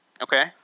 Okay